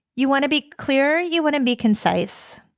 you want to be clear. you want to be concise.